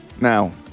Now